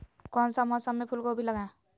कौन सा मौसम में फूलगोभी लगाए?